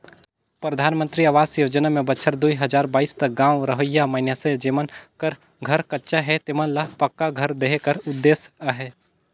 परधानमंतरी अवास योजना में बछर दुई हजार बाइस तक गाँव रहोइया मइनसे जेमन कर घर कच्चा हे तेमन ल पक्का घर देहे कर उदेस अहे